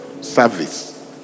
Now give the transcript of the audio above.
service